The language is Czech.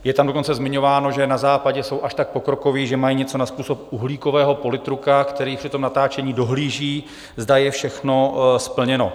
Je tam dokonce zmiňováno, že na Západě jsou až tak pokrokoví, že mají něco na způsob uhlíkového politruka, který při natáčení dohlíží, zda je všechno splněno.